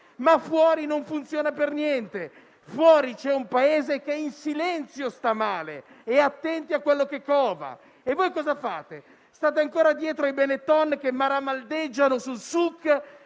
ma fuori non funziona per niente, dove c'è un Paese che in silenzio sta male, e attenti a quello che cova. E voi cosa fate? State ancora dietro ai Benetton, che maramaldeggiano sul